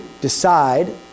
decide